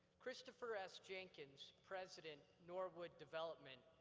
christopher s. jenkins, president, nor'wood development,